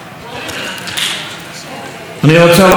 סיעת יהדות התורה והשבת נקראת כך,